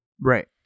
Right